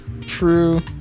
True